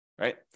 right